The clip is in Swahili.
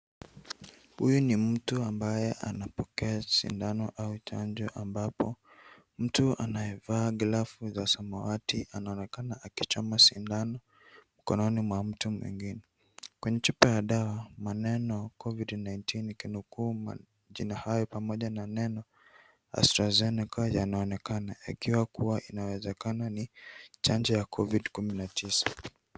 Huyu ni mtu ambaye anapokea sindano au chanjo ambapo mtu anayevaa glavu za samawati anaonekana akichoma sindano mkononi mwa mtu mwingie. Kwenye chupa ya dawa maneno COVID-19 ikinuku majina hayo pamoja na neno Astrazeneca yanaonekana yakiwa kuwa yanawezekana ni chanjo ya Covid kumi na tisa.